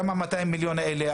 גם ה- 200 מיליון האלה,